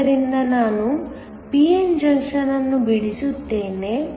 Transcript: ಆದ್ದರಿಂದ ನಾನು p n junction ಅನ್ನು ಬಿಡಿಸುತ್ತೇನೆ